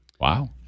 Wow